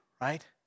Right